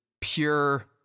pure